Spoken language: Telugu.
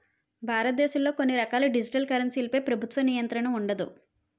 భారతదేశంలో కొన్ని రకాల డిజిటల్ కరెన్సీలపై ప్రభుత్వ నియంత్రణ ఉండదు